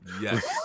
Yes